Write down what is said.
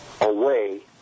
away